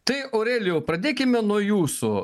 tai aurelijau pradėkime nuo jūsų